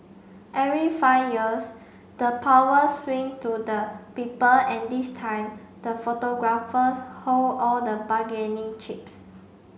every five years the power swings to the people and this time the photographers hold all the bargaining chips